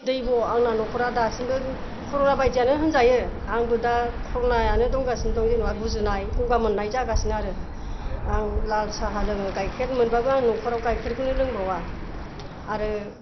दैब' आंना न'खरा दासिमबो कर'ना बायदियानो होनजायो आंबो दा कर'नायानो दंगासिनो दं गुजुनाय गगा मोननाय जागासिनो आरो आं लाल साहा लोङो गायखेर मोनबाबो आं न'खराव गायखेरखौनो लोंबावआ आरो